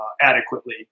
adequately